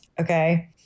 Okay